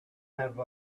have